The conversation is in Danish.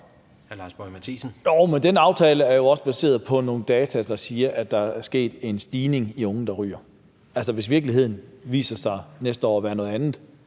den aftale er jo også baseret på nogle data, der siger, at der er sket en stigning i antallet af unge, der ryger. Hvis virkeligheden viser sig at være noget andet